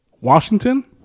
Washington